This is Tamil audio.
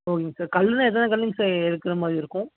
ஓகேங்க சார் கல்லுன்னா எத்தனை கல்லுங்க சார் எடுக்குற மாதிரி இருக்கும்